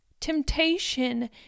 Temptation